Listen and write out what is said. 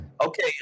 okay